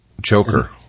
Joker